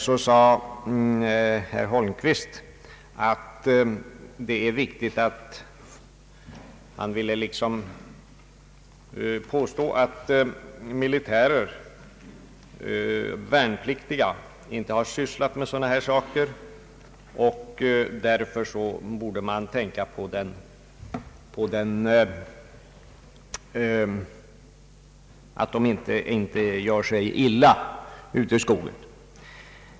Vidare sade herr Holmqvist att militärer och värnpliktiga inte har sysslat med sådana här arbeten och att man därför fick se till att de inte råkar ut för olycksfall i skogen.